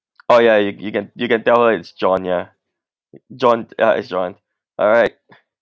oh ya you you can you can tell her it's john ya john ya it's john alright